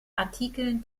artikeln